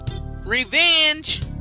revenge